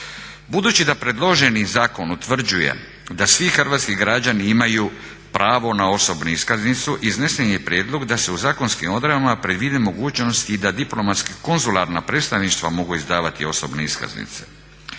Budući da predloženi zakon utvrđuje da svi hrvatski građani imaju pravo na osobnu iskaznicu iznesen je prijedlog da se u zakonskim odredbama predvidi mogućnost i da diplomatsko-konzularna predstavništva mogu izdavati osobne iskaznice.